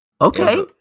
okay